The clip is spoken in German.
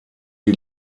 die